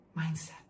mindset